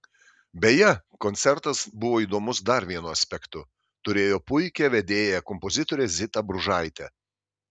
beje koncertas buvo įdomus dar vienu aspektu turėjo puikią vedėją kompozitorę zitą bružaitę